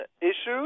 issues